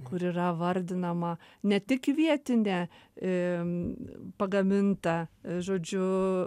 kur yra vardinama ne tik vietinė em pagaminta žodžiu